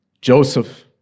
Joseph